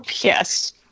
yes